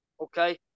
Okay